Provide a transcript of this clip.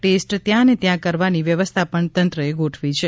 test ત્યાંને ત્યાં કરવાની વ્યવસ્થા પણ તંત્રએ ગોઠવી છે